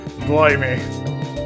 Blimey